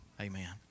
Amen